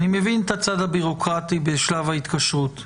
אני מבין את הצד הבירוקרטי בשלב ההתקשרות,